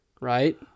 right